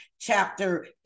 chapter